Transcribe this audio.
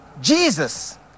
Jesus